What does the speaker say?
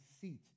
seat